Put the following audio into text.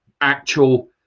actual